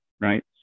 right